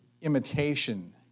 imitation